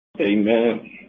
Amen